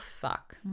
fuck